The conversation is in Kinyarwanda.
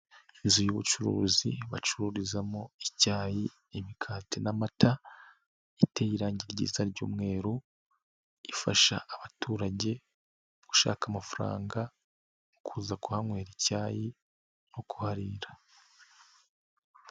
Inzu y'ubucuruzi bacururizamo icyayi, imikate n'amata iteye irangi ryiza ry'umweru ifasha abaturage gushaka amafaranga mu kuza kwaywera icyayi no kuharira.